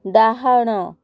ଡ଼ାହାଣ